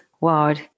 world